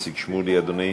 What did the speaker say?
איציק שמולי, אדוני?